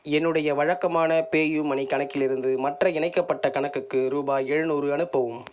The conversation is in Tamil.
என்னுடைய வழக்கமான பேயூமனி கணக்கிலிருந்து மற்ற இணைக்கப்பட்ட கணக்குக்கு ரூபாய் எழ்நூறு அனுப்பவும்